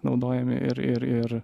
naudojami ir ir ir